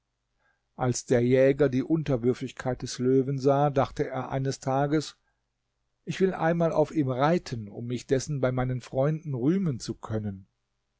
als der jäger die unterwürfigkeit des löwen sah dachte er eines tages ich will einmal auf ihm reiten um mich dessen bei meinen freunden rühmen zu können